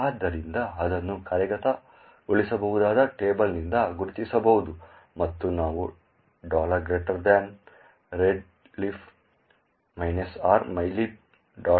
ಆದ್ದರಿಂದ ಅದನ್ನು ಕಾರ್ಯಗತಗೊಳಿಸಬಹುದಾದ ಟೇಬಲ್ನಿಂದ ಗುರುತಿಸಬಹುದು ಮತ್ತು ನಾವು readelf R mylib